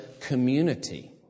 community